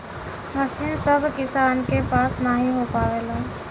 मसीन सभ किसान के पास नही हो पावेला